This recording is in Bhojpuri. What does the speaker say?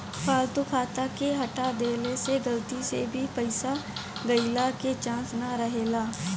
फालतू खाता के हटा देहला से गलती से भी पईसा गईला के चांस ना रहेला